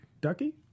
Ducky